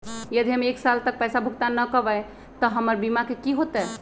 यदि हम एक साल तक पैसा भुगतान न कवै त हमर बीमा के की होतै?